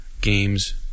games